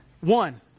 One